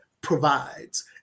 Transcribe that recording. provides